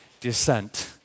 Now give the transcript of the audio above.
descent